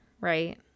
right